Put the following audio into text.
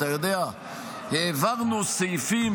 אתה יודע, העברנו סעיפים